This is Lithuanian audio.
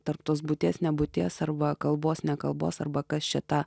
tarp tos būties nebūties arba kalbos ne kalbos arba kas čia ta